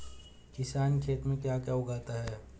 किसान खेत में क्या क्या उगाता है?